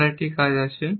আমার একটা কাজ আছে